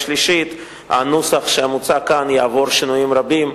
ושלישית הנוסח שמוצע כאן יעבור שינויים רבים,